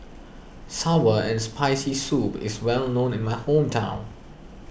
Sour and Spicy Soup is well known in my hometown